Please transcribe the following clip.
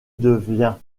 devient